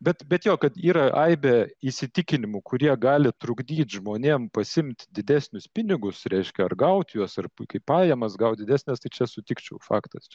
bet bet jo kad yra aibė įsitikinimų kurie gali trukdyt žmonėm pasiimt didesnius pinigus reiškia ar gaut juos ar kaip pajamas gaut didesnes tai čia sutikčiau faktas